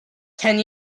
ten